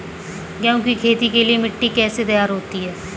गेहूँ की खेती के लिए मिट्टी कैसे तैयार होती है?